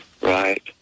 right